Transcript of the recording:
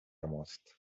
ماست